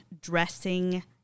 dressing